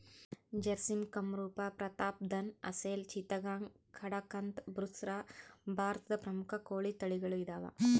ಜರ್ಸಿಮ್ ಕಂರೂಪ ಪ್ರತಾಪ್ಧನ್ ಅಸೆಲ್ ಚಿತ್ತಗಾಂಗ್ ಕಡಕಂಥ್ ಬುಸ್ರಾ ಭಾರತದ ಪ್ರಮುಖ ಕೋಳಿ ತಳಿಗಳು ಇದಾವ